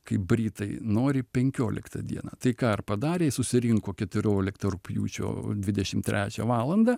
kaip britai nori penkioliktą dieną tai ką ir padarė susirinko keturioliktą rugpjūčio dvidešimt trečią valandą